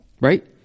Right